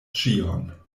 ĉion